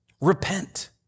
Repent